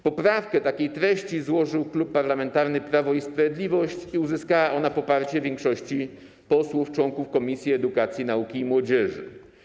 Poprawkę takiej treści złożył Klub Parlamentarny Prawo i Sprawiedliwość i uzyskała ona poparcie większości posłów, członków Komisji Edukacji, Nauki i Młodzieży.